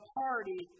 party